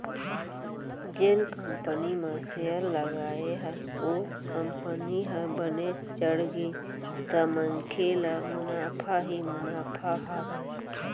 जेन कंपनी म सेयर लगाए हस ओ कंपनी ह बने चढ़गे त मनखे ल मुनाफा ही मुनाफा हावय